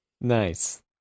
Nice